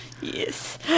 yes